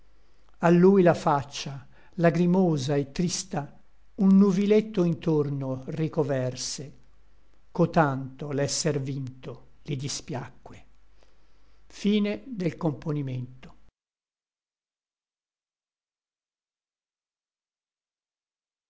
a lui la faccia lagrimosa et trista un nuviletto intorno ricoverse cotanto l'esser vinto di dispiacque pien